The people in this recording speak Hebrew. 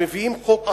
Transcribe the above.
שכשמביאים חוק כזה,